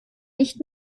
nicht